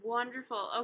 Wonderful